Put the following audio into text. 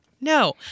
No